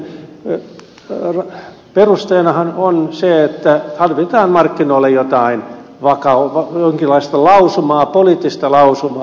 kilpailukykysopimuksen perusteenahan on se että tarvitaan markkinoille jotain vaikka auto onkin väestölleen jonkinlaista poliittista lausumaa